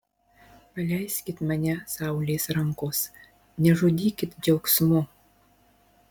paleiskit mane saulės rankos nežudykit džiaugsmu